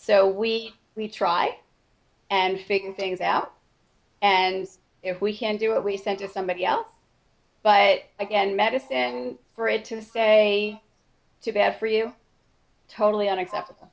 so we we try and figure things out and if we can do what we said to somebody else but again medicine for it to say too bad for you totally